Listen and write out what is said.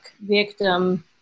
victim